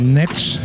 next